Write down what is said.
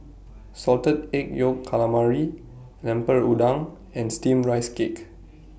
Salted Egg Yolk Calamari Lemper Udang and Steamed Rice Cake